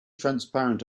transparent